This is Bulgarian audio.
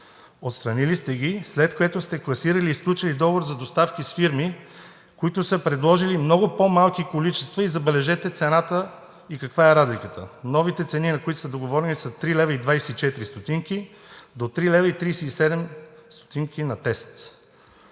Отстранили сте ги, след което сте класирали и сключили договор за доставки с фирми, които са предложили много по-малки количества – забележете цената и каква е разликата. Новите цени, на които са договорени, са 3,24 лв. до 3,37 лв. на тест.